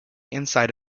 inside